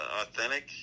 authentic